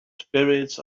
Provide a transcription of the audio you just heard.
spirits